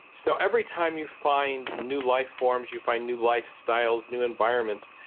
so every time you find new life forms, you find new lifestyles, new environments,